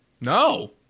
no